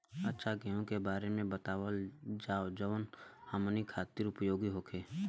अच्छा गेहूँ के बारे में बतावल जाजवन हमनी ख़ातिर उपयोगी होखे?